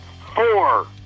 four